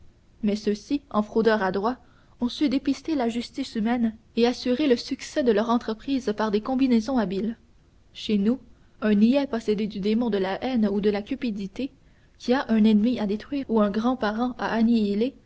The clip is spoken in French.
mais ceux-ci en fraudeurs adroits ont su dépister la justice humaine et assurer le succès de leurs entreprises par des combinaisons habiles chez nous un niais possédé du démon de la haine ou de la cupidité qui a un ennemi à détruire ou un grand parent à